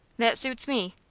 that suits me.